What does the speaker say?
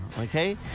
okay